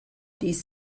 these